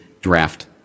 draft